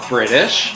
British